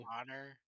Honor